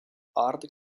hard